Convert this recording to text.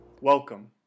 Welcome